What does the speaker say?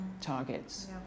targets